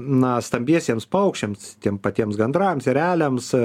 na stambiesiems paukščiams tiem patiems gandrams ereliams